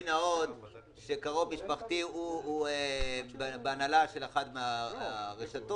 נאות שקרוב משפחתי הוא בהנהלה של אחת מהרשתות,